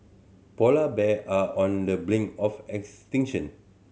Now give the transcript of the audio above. polar bear are on the brink of extinction